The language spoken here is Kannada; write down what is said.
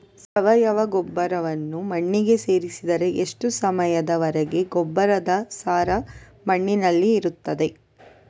ಸಾವಯವ ಗೊಬ್ಬರವನ್ನು ಮಣ್ಣಿಗೆ ಸೇರಿಸಿದರೆ ಎಷ್ಟು ಸಮಯದ ವರೆಗೆ ಗೊಬ್ಬರದ ಸಾರ ಮಣ್ಣಿನಲ್ಲಿ ಇರುತ್ತದೆ?